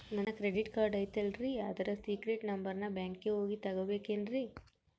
ನನ್ನ credit card ಐತಲ್ರೇ ಅದರ ಸೇಕ್ರೇಟ್ ನಂಬರನ್ನು ಬ್ಯಾಂಕಿಗೆ ಹೋಗಿ ತಗೋಬೇಕಿನ್ರಿ?